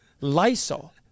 Lysol